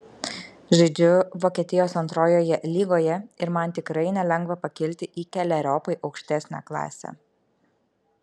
žaidžiu vokietijos antrojoje lygoje ir man tikrai nelengva pakilti į keleriopai aukštesnę klasę